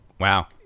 Wow